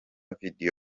dufite